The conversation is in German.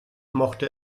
mochte